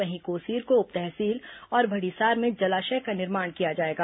वहीं कोसीर को उप तहसील और भड़िसार में जलाशय का निर्माण किया जाएगा